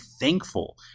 thankful